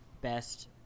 best